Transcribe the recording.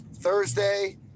Thursday